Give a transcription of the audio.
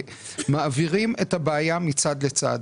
מעבירים את הבעיה מצד לצד.